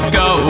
go